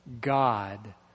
God